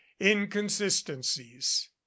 inconsistencies